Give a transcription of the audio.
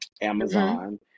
Amazon